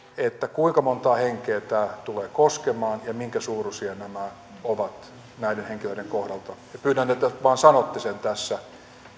kuinka monta henkeä tämä tulee koskemaan ja minkä suuruisia nämä ovat näiden henkilöiden kohdalta pyydän että vain sanotte sen tässä